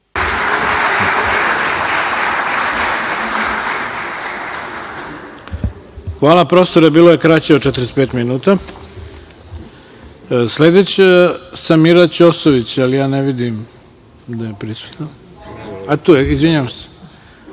Hvala, profesore, bilo je kraće od 45 minuta. Sledeća je Samira Ćosović, ali ja ne vidim da je prisutna. Tu je, izvinjavam se.